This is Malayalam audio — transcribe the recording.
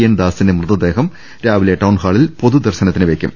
എൻ ദാസിന്റെ മൃതദേഹം രാവിലെ ടൌൺഹാളിൽ പൊതുദർശന ത്തിന് വെയ്ക്കും